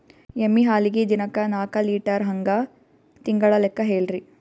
ಎಮ್ಮಿ ಹಾಲಿಗಿ ದಿನಕ್ಕ ನಾಕ ಲೀಟರ್ ಹಂಗ ತಿಂಗಳ ಲೆಕ್ಕ ಹೇಳ್ರಿ?